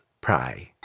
pray